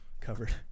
covered